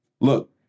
look